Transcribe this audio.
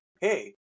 Hey